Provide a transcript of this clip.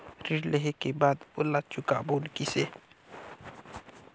ऋण लेहें के बाद ओला चुकाबो किसे?